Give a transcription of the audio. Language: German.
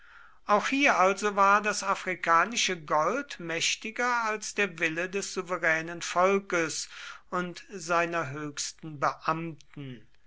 auch hier also war das afrikanische gold mächtiger als der wille des souveränen volkes und seiner höchsten beamten